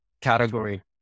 category